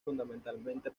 fundamentalmente